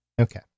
Okay